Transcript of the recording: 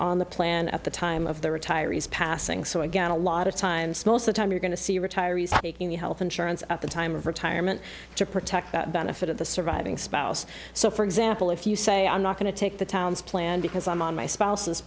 on the plan at the time of the retiree's passing so again a lot of times most the time you're going to see retirees taking health insurance at the time of retirement to protect that benefit of the surviving spouse so for example if you say i'm not going to take the town's plan because i'm on my spouse